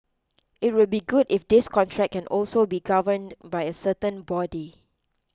it would be good if this contract can also be governed by a certain body